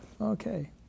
Okay